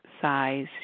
size